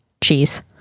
cheese